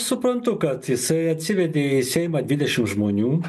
suprantu kad jisai atsivedė į seimą dvidešim žmonių